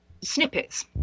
snippets